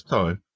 time